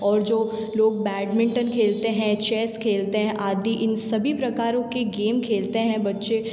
और जो लोग बैडमिंटन खेलते हैं चैस खेलते हैं आदि इन सभी प्रकारों के गेम खेलते हैं बच्चे